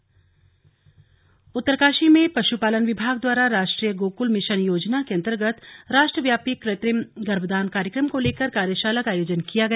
कार्यशाला उत्तरकाशी उत्तरकाशी में पशुपालन विभाग द्वारा राष्ट्रीय गोकुल मिशन योजना के अंतर्गत राष्ट्रव्यापी क्र त्रिम गर्भधान कार्यक्रम को लेकर कार्यशाला का आयोजन किया गया